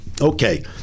okay